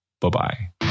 Bye-bye